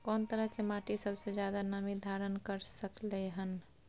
कोन तरह के माटी सबसे ज्यादा नमी धारण कर सकलय हन?